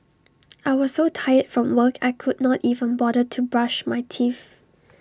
I was so tired from work I could not even bother to brush my teeth